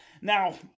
Now